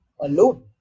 alone